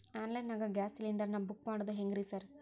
Online ನಾಗ gas cylinder ನಾ book ಮಾಡೋದ್ ಹೆಂಗ್ರಿ ಸಾರ್?